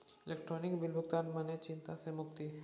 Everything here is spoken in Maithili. इलेक्ट्रॉनिक बिल भुगतान मने चिंता सँ मुक्ति